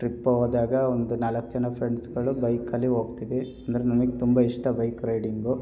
trip ಹೋದಾಗ ಒಂದು ನಾಲ್ಕು ಜನ ಫ್ರೆಂಡ್ಸ್ಗಳು ಬೈಕಲ್ಲಿ ಹೋಗ್ತಿವಿ ಅಂದ್ರೆ ನನಿಗೆ ತುಂಬ ಇಷ್ಟ ಬೈಕ್ ರೈಡಿಂಗು